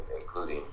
including